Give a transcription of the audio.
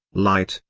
light,